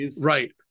right